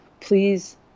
Please